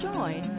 Join